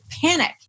panic